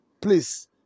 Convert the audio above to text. please